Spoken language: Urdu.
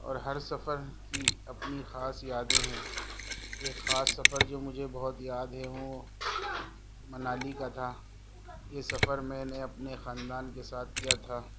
اور ہر سفر کی اپنی خاص یادیں ہیں ایک خاص سفر جو مجھے بہت یاد ہے وہ منالی کا تھا یہ سفر میں نے اپنے خاندان کے ساتھ کیا تھا